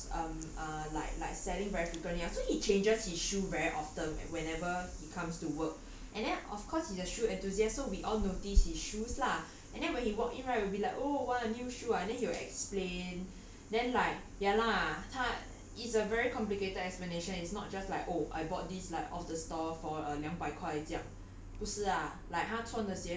it's not something that you see in stores um err like like selling very frequently ah so he changes his shoes very often whenever he comes to work and then of course he is a shoe enthusiast so we all notice his shoes lah and then when he walked in right will be like oh !wah! new shoe ah then he will explain then like ya lah is a very complicated explanation is not just like oh I bought this like off the store for 两百块这样